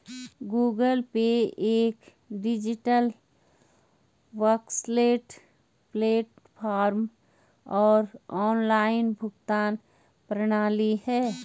Google Pay एक digital wallet platform और online भुगतान प्रणाली है